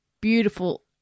beautiful